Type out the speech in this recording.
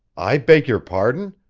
i beg your pardon!